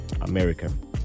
american